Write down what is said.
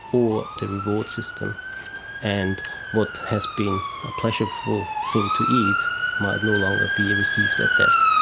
or the reward system and what has been a pleasurable thing to eat might no longer be received at that.